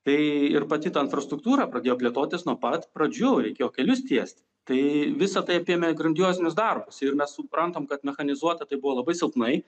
tai ir pati ta infrastruktūra pradėjo plėtotis nuo pat pradžių reikėjo kelius tiest tai visa tai apėmė grandiozinius darbus ir mes suprantam kad mechanizuota tai buvo labai silpnai